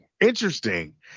interesting